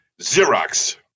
Xerox